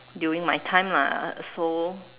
during my time lah so